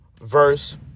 verse